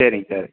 சரிங் சார்